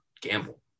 gamble